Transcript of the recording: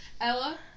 Ella